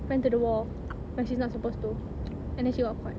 went to the war when she's not supposed to and then she got caught